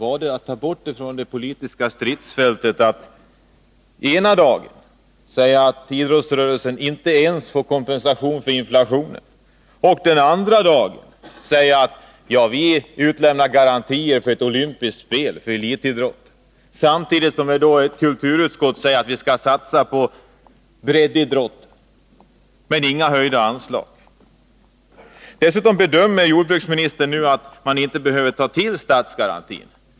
Var det att ta bort frågan från det politiska stridsfältet att ena dagen säga att idrottsrörelsen inte ens får kompensation för inflationen och andra dagen utlova garantier för ett olympiskt spel för elitidrotten samtidigt som kulturutskottet säger att vi — utan några höjda anslag — skall satsa på breddidrott? Jordbruksministern bedömer nu att statsgarantin inte behöver utnyttjas.